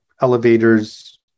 elevators